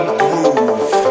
groove